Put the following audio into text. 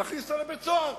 נכניס אותו לבית-סוהר.